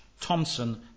Thompson